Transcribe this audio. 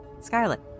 Scarlet